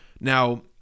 Now